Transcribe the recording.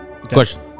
Question